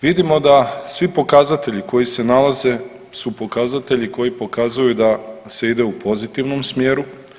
Vidimo da svi pokazatelji koji se nalaze su pokazatelji koji pokazuju da se ide u pozitivnom smjeru.